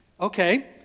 Okay